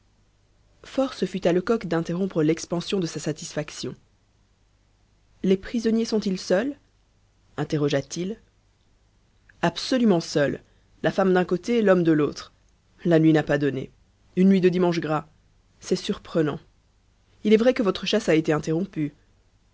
force fut à lecoq d'interrompre l'expansion de sa satisfaction les prisonniers sont-ils seuls interrogea-t-il absolument seuls la femme d'un côté l'homme de l'autre la nuit n'a pas donné une nuit de dimanche gras c'est surprenant il est vrai que votre chasse a été interrompue